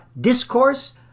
discourse